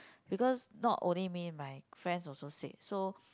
because not only me my friends also said so